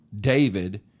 David